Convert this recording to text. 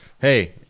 Hey